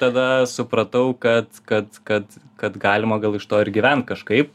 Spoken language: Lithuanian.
tada supratau kad kad kad kad galima gal iš to ir gyvent kažkaip